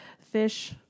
fish